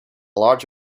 large